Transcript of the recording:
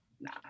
nah